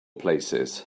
places